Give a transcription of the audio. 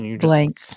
blank